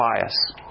bias